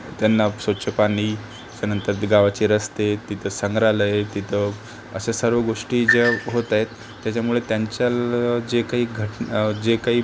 त्यांना स्वच्छ पाणी त्यानंतर ते गावाचे रस्ते तिथं संग्रहालय तिथं अशा सर्व गोष्टी ज्या होत आहेत त्याच्यामुळे त्यांच्या जे काही घटना जे काही